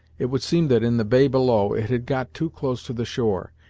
it would seem that in the bay below it had got too close to the shore,